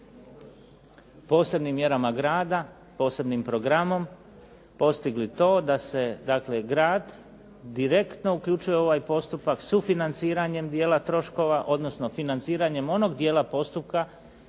posebnim mjerama grada, posebnim programom postigli to da se dakle grad direktno uključuje u ovaj postupak sufinanciranjem dijela troškova, odnosno financiranjem onog dijela postupka